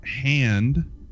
Hand